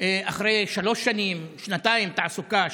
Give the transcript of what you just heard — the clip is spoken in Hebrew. אחרי שלוש שנים, שנתיים, שנה של תעסוקה: